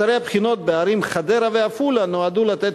אתרי הבחינות בערים חדרה ועפולה נועדו לתת